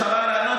לציבור הכללי?